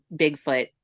Bigfoot